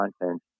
content